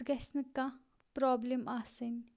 تَتھ گَژھنہٕ کانٛہہ پرابلم آسٕنۍ